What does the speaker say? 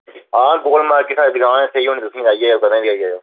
आं गोल मार्किट साढ़ी दकान ऐ सेही होनी तुसेंगी कदें बी आई जाएओ